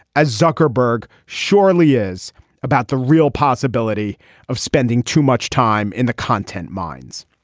as zuckerberg surely is about the real possibility of spending too much time in the content minds